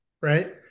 right